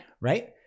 Right